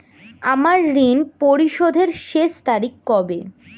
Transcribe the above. আমার ঋণ পরিশোধের শেষ তারিখ কবে?